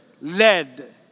led